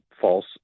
false